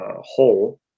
whole